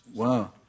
Wow